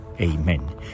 Amen